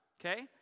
okay